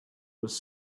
was